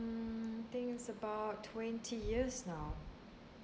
mm I think it's about twenty years now